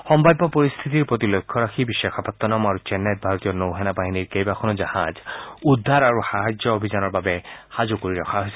সম্ভাৱ্য পৰিস্থিতিৰ প্ৰতি লক্ষ্য ৰাখি বিশাখাপট্টনম আৰু চেন্নাইত ভাৰতীয় নৌসেনা বাহিনীৰ কেইবাখনো জাহাজ উদ্ধাৰ আৰু সাহায্য অভিযানৰ বাবে সাজু কৰি ৰখা হৈছে